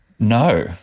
No